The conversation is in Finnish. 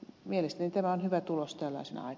mielestäni tämä on hyvä tulos tällaisinaai